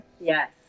Yes